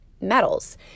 metals